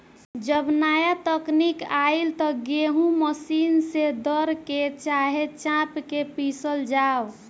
जब नाया तकनीक आईल त गेहूँ मशीन से दर के, चाहे चाप के पिसल जाव